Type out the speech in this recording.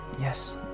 Yes